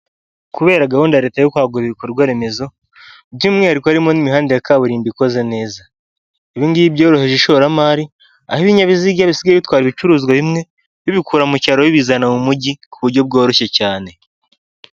Kubera gahunda ya leta yo kwagura ibikorwa remezo by'umwihariko harimo n'imihanda ya kaburimbo ikoze neza, ibi ngibi byoroheje ishoramari aho ibinyabiziga bisigaye bitwara ibicuruzwa bimwe bibikura mu cyaro bi'ibizana mu mujyi ku buryo bworoshye cyane.